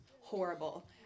horrible